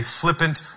flippant